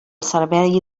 servei